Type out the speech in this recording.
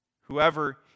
whoever